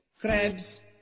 crabs